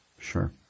Sure